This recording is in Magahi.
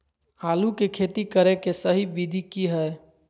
आलू के खेती करें के सही विधि की हय?